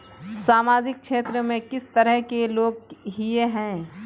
सामाजिक क्षेत्र में किस तरह के लोग हिये है?